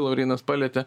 laurynas palietė